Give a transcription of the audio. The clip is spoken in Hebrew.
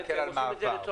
מעבר.